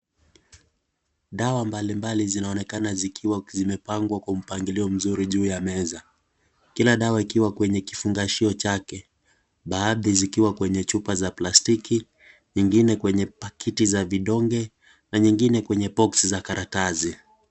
Dawa mbali mbali zinaonekana zikiwa zimepangwa kwa mpangilio mzuri juu ya meza. Kila dawa ikiwa kwenye kifungashio chake. Baadhi zikiwa kwenye chupa za plastiki, ingine kwenye pakiti za vidonge na nyingine kwenye boksi za karatasi.